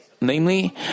Namely